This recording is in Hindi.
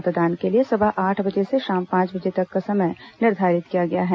मतदान के लिए सुबह आठ बजे से शाम पांच बजे तक का समय निर्धारित किया गया है